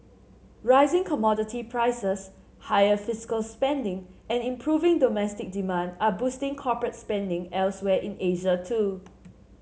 rising commodity prices higher fiscal spending and improving domestic demand are boosting corporate spending elsewhere in Asia too